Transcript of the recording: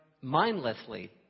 mindlessly